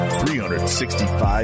365